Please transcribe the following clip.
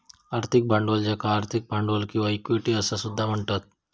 आर्थिक भांडवल ज्याका आर्थिक भांडवल किंवा इक्विटी असा सुद्धा म्हणतत